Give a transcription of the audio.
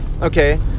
okay